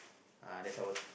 uh that's our